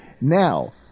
Now